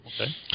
Okay